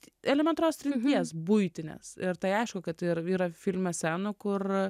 elementarios trinties buitinės ir tai aišku kad ir yra filme scenų kur